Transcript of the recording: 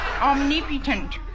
Omnipotent